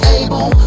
able